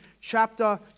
chapter